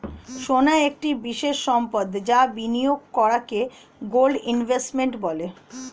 সোনা একটি বিশেষ সম্পদ যা বিনিয়োগ করাকে গোল্ড ইনভেস্টমেন্ট বলে